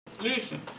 Listen